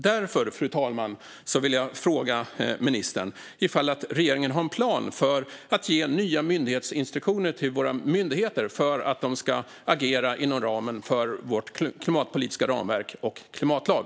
Därför, fru talman, vill jag fråga ministern om regeringen har en plan för att ge nya myndighetsinstruktioner till våra myndigheter om att de ska agera inom ramen för vårt klimatpolitiska ramverk och vår klimatlag.